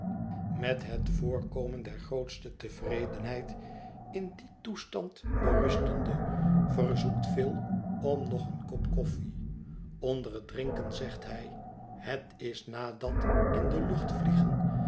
met het voorkomen der grootste tevredenheid in dien toestand berustende verzoekt phil om nog een kop koffie onder het drinken zegt hij het is na dat in de lucht vliegen